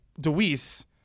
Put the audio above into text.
Deweese